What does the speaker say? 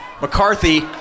McCarthy